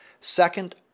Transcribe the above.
Second